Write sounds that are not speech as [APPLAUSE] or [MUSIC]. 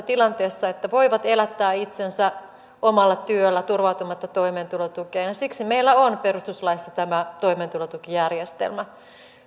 [UNINTELLIGIBLE] tilanteessa että voivat elättää itsensä omalla työllään turvautumatta toimeentulotukeen siksi meillä on perustuslaissa tämä toimeentulotukijärjestelmä